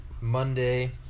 Monday